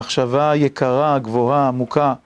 מחשבה יקרה, גבוהה, עמוקה.